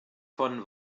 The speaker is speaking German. von